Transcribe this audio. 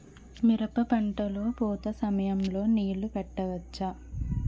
మిరప పంట లొ పూత సమయం లొ నీళ్ళు పెట్టవచ్చా?